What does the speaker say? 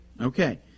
Okay